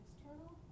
external